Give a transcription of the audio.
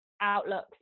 outlooks